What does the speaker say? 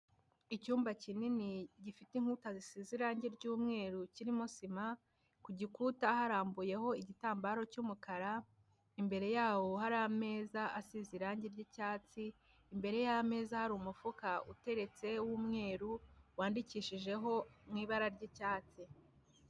Icyumba kinini gifite inkuta zisize irangi ry'umweru kirimo sima, ku gikuta harambuyeho igitambaro cy'umukara, imbere yawo hari ameza asize irangi ry'icyatsi, imbere y'ameza hari umufuka uteretse w'umweru, wandikishijeho mu ibara ry'icyatsi.